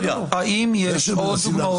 חברים, אני רוצה לשאול האם יש עוד דוגמאות.